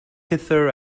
hither